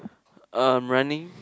um running